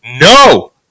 No